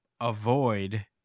avoid